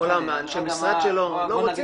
כל אנשי המשרד שלו, 'לא רוצים?